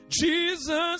Jesus